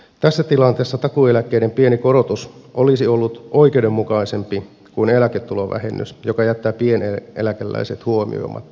tässä tilanteessa takuueläkkeiden pieni korotus olisi ollut oikeudenmukaisempi kuin eläketulovähennys joka jättää pieneläkeläiset huomioimatta